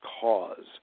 cause